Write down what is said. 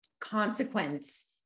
consequence